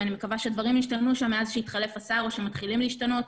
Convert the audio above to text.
ואני מקווה שהדברים השתנו שם מאז שהתחלף השר או שמתחילים להשתנות,